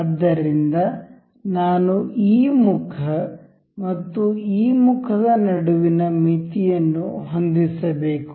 ಆದ್ದರಿಂದ ನಾನು ಈ ಮುಖ ಮತ್ತು ಈ ಮುಖದ ನಡುವಿನ ಮಿತಿಯನ್ನು ಹೊಂದಿಸಬೇಕು